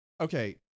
Okay